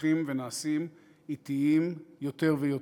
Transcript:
הולכים ונעשים אטיים יותר ויותר.